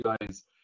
guys